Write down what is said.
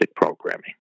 Programming